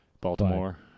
Baltimore